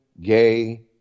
gay